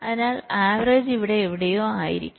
അതിനാൽ ആവറേജ് ഇവിടെ എവിടെയോ ആയിരിക്കും